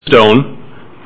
stone